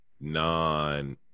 non